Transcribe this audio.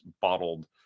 bottled